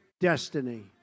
destiny